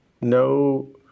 no